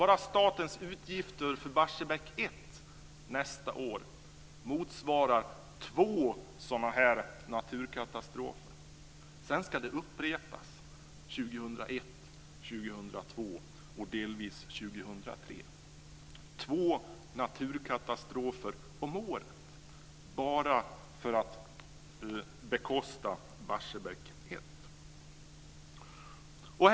Bara statens utgifter för Barsebäck 1 nästa år motsvarar två sådana här naturkatastrofer. Sedan ska det upprepas 2001, 2002 och delvis 2003. Det är två naturkatastrofer om året bara för att bekosta Barsebäck 1.